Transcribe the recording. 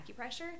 acupressure